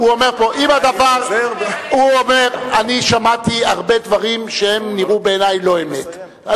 אני שמעתי הרבה דברים שנראו בעיני לא אמת.